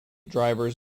drivers